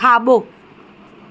खाॿो